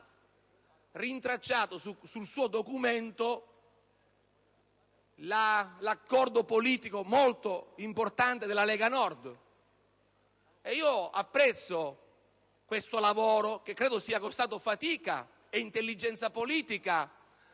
ha rintracciato sul suo documento l'accordo politico molto importante della Lega Nord. Apprezzo questo lavoro perché credo sia costato fatica e intelligenza politica